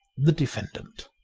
the defendant